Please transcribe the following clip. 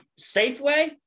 safeway